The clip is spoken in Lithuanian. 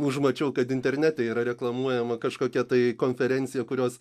užmačiau kad internete yra reklamuojama kažkokia tai konferencija kurios